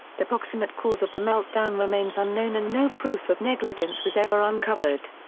the proximate cause of the meltdown remains unknown and no proof of negligence was ever uncovered.